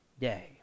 day